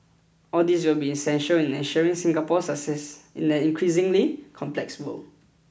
all these will be essential in ensuring Singapore's success in an increasingly complex world